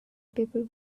people